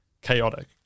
chaotic